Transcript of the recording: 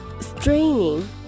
straining